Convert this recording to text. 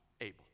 able